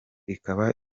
ikaba